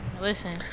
Listen